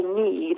need